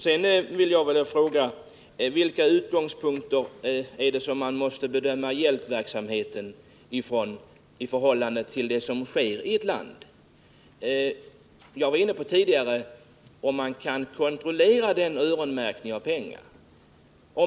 Sedan vill jag fråga: Utifrån vilka utgångspunkter måste man bedöma hjälpverksamheten med tanke på vad som sker i ett land? Jag berörde tidigare frågan om man kan kontrollera en öronmärkning av pengar.